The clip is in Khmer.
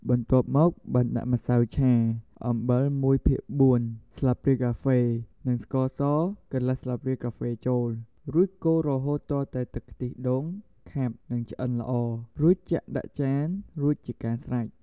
បន្ទាប់មកបានដាក់ម្សៅឆា អំបិលមួយភាគ៤ស្លាបព្រាកាហ្វេ និងស្ករសកន្លះស្លាបព្រាកាហ្វេចូលរូចកូររហូតទាល់ទឹកខ្ទះដូងខាប់និងឆ្អិនល្អរួចចាក់ដាក់ចានរួចជាស្រេច។